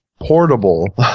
portable